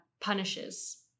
punishes